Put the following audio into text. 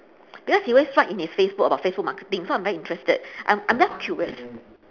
because he always write in his facebook about facebook marketing so I'm very interested I'm I'm just curious